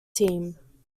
team